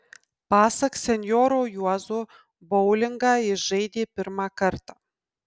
pasak senjoro juozo boulingą jis žaidė pirmą kartą